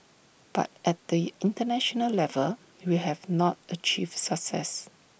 but at the International level we have not achieved success